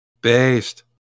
Based